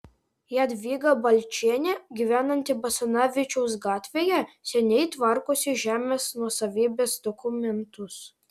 jadvyga balčienė gyvenanti basanavičiaus gatvėje seniai tvarkosi žemės nuosavybės dokumentus